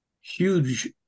huge